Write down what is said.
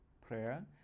prayer